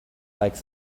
like